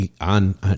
on